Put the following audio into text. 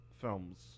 films